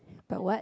but what